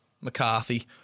McCarthy